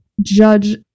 judge